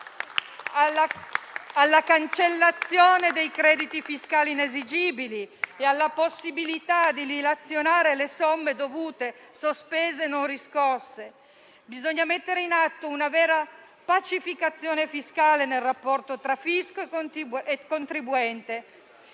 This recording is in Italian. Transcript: alla cancellazione dei crediti fiscali inesigibili e alla possibilità di dilazionare le somme dovute, sospese e non riscosse. Bisogna mettere in atto una vera pacificazione fiscale nel rapporto tra fisco e contribuente